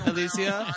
Alicia